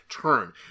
turn